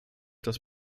das